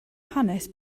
hanes